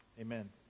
Amen